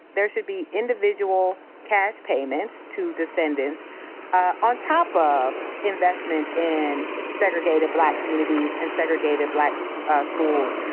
there should be individual cash payments to descendants ah on top of investment in segregated black communities and segregated black so ah schools,